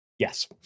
Yes